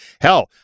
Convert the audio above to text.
Hell